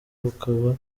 bukaba